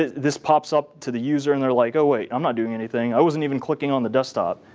this pops up to the user and they're like, oh wait, i'm not doing anything. i wasn't even clicking on the desktop.